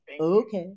okay